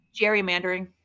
gerrymandering